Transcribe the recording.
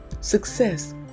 success